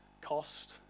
cost